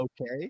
okay